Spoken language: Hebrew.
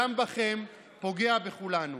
איך כולם לא שמו לב?